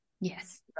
Yes